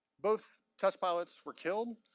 both test pilots were killed.